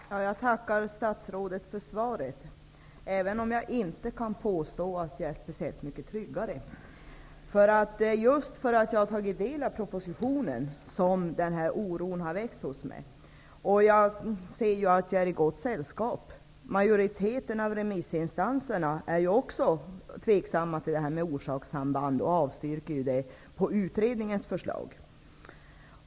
Herr talman! Jag tackar statsrådet för svaret, även om jag inte kan påstå att jag känner mig speciellt mycket tryggare. Det är just för att jag har tagit del av denna proposition som oron har vuxit hos mig. Jag ser att jag är i gott sällskap. Majoriteten av remissinstanserna är också tveksamma till frågan om orsakssamband, och de avstyrker alltså utredningens förslag.